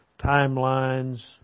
timelines